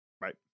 Right